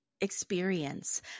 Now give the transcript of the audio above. experience